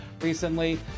recently